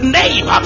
name